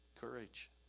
courage